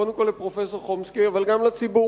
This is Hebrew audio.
קודם כול לפרופסור חומסקי אבל גם לציבור,